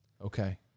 Okay